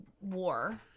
war